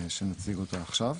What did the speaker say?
שאותה נציג עכשיו.